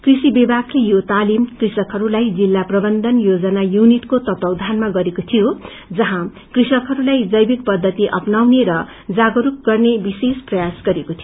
कृषि विभागले यो तालिम कृष्कहरूलाई जिल्ला प्रवन्धन योजना युनिटको तत्वाधानमा गरेखो थियो जहाँ कृषकहरूलाई जैविक पद्धति अपनाउने र जागस्क गर्ने विशेष प्रयास गरिएको थियो